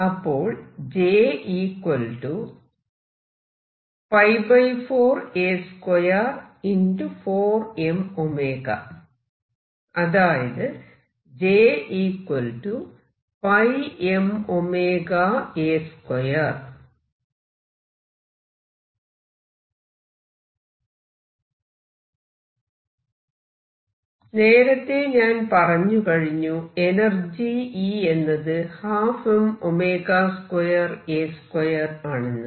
അപ്പോൾ അതായത് നേരത്തെ ഞാൻ പറഞ്ഞുകഴിഞ്ഞു എനർജി E എന്നത് 12m2A2 ആണെന്ന്